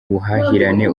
ubuhahirane